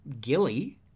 Gilly